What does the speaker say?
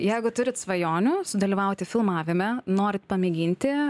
jeigu turit svajonių sudalyvauti filmavime norit pamėginti